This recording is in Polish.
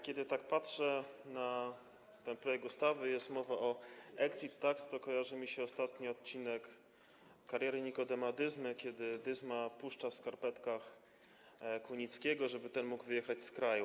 Kiedy tak patrzę na ten projekt ustawy, gdzie jest mowa o exit tax, to kojarzy mi się z tym ostatni odcinek „Kariery Nikodema Dyzmy”, kiedy Dyzma puszcza w skarpetkach Kunickiego, żeby ten mógł wyjechać z kraju.